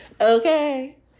Okay